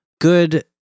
good